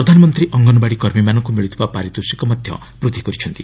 ପ୍ରଧାନମନ୍ତ୍ରୀ ଅଙ୍ଗନବାଡି କର୍ମୀମାନଙ୍କୁ ମିଳୁଥିବା ପାରିତୋଷିକ ମଧ୍ୟ ବୃଦ୍ଧି କରିଛନ୍ତି